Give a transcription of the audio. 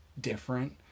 different